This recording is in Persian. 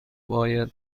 باید